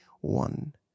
one